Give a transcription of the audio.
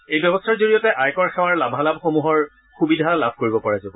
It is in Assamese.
এই ব্যৱস্থাৰ জৰিয়তে আয়কৰ সেৱাৰ লাভালাভসমূহৰ সুবিধা লাভ কৰিব পৰা যাব